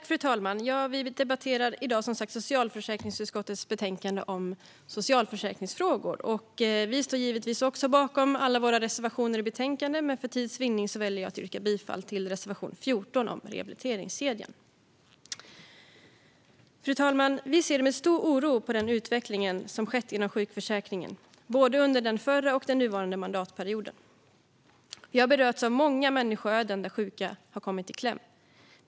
Fru talman! Vi debatterar som sagt socialförsäkringsutskottets betänkande om socialförsäkringsfrågor. Även vi sverigedemokrater står givetvis bakom alla våra reservationer i betänkandet, men för tids vinnande väljer jag att yrka bifall endast till reservation 14 om rehabiliteringskedjan. Fru talman! Vi ser med stor oro på den utveckling som skett inom sjukförsäkringen under både den förra och den nuvarande mandatperioden. Vi har berörts av många människoöden där sjuka kommit i kläm.